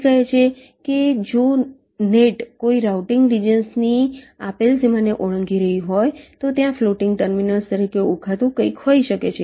તે કહે છે કે જો નેટ કોઈ રાઉટીંગ રિજન્સ ની આપેલ સીમાને ઓળંગી રહી હોય તો ત્યાં ફ્લોટિંગ ટર્મિનલ્સ તરીકે ઓળખાતું કંઈક હોઈ શકે છે